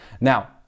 now